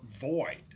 void